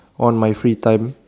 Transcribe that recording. on my free time